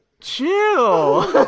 Chill